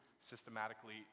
systematically